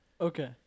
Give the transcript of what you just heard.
Okay